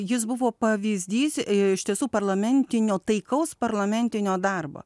jis buvo pavyzdys iš tiesų parlamentinio taikaus parlamentinio darbo